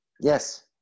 Yes